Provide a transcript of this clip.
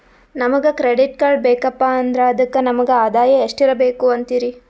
ನಮಗ credit card ಬೇಕಪ್ಪ ಅಂದ್ರ ಅದಕ್ಕ ನಮಗ ಆದಾಯ ಎಷ್ಟಿರಬಕು ಅಂತೀರಿ?